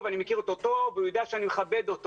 ואני מכיר אותו טוב והוא יודע שהוא מכבד אותו,